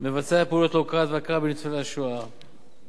מבצע פעולות להבעת הוקרה לניצולי השואה ולהכרה בהם,